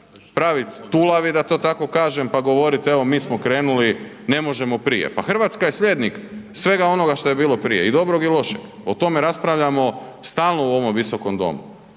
praviti tulavi, da to tako kažem, pa govoriti evo mi smo krenuli ne možemo prije. Pa Hrvatska je slijednik svega onoga što je bilo prije i dobrog i lošeg, o tome raspravljamo stalno u ovome Visokom domu.